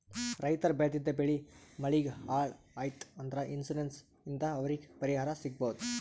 ರೈತರ್ ಬೆಳೆದಿದ್ದ್ ಬೆಳಿ ಮಳಿಗ್ ಹಾಳ್ ಆಯ್ತ್ ಅಂದ್ರ ಇನ್ಶೂರೆನ್ಸ್ ಇಂದ್ ಅವ್ರಿಗ್ ಪರಿಹಾರ್ ಸಿಗ್ಬಹುದ್